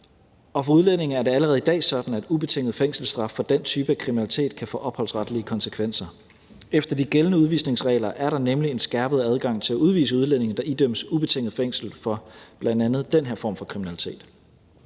For udlændinge er det allerede i dag sådan, at en ubetinget fængselsstraf for den type kriminalitet kan få opholdsretlige konsekvenser. Efter de gældende udvisningsregler er der nemlig en skærpet adgang til at udvise udlændinge, der idømmes ubetinget fængsel for bl.a. den her form for kriminalitet.